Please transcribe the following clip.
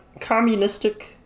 communistic